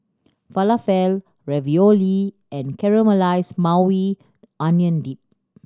Falafel Ravioli and Caramelized Maui Onion Dip